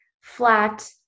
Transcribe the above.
flat